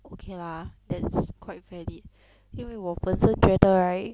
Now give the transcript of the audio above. okay lah that's quite valid 因为我本身觉得 right